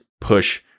push